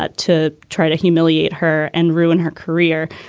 but to try to humiliate her and ruin her career.